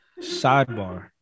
Sidebar